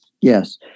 Yes